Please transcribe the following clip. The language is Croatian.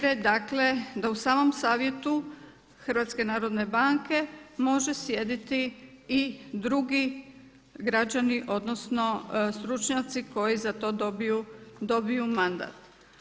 Dakle, da u samom Savjetu HNB-a može sjediti i drugi građani, odnosno stručnjaci koji za to dobiju mandat.